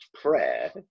prayer